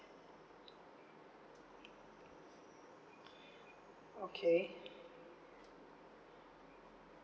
okay